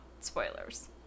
spoilers